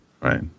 right